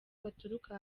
baturuka